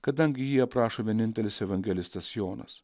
kadangi jį aprašo vienintelis evangelistas jonas